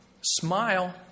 smile